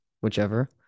whichever